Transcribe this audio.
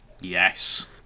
Yes